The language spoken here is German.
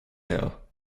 her